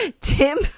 Tim